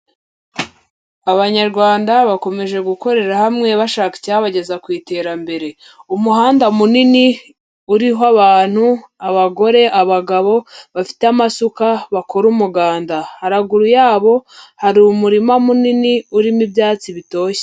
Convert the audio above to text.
Abanyarwanda bakomeje gukorera hamwe bashaka icyabageza ku iterambere, umuhanda munini uriho abantu abagore, abagabo bafite amasuka bakora umuganda, haraguru yabo hari umurima munini urimo ibyatsi bitoshye.